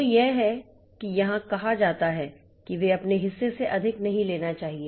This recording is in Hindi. तो यह है कि यहाँ कहा जाता है कि वे अपने हिस्से से अधिक नहीं लेना चाहिए